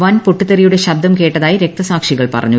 വൻ പൊട്ടിത്തെറിയുടെ ശബ്ദം കേട്ടതായി രക്തസാക്ഷികൾ പറഞ്ഞു